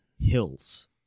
Hills